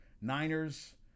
Niners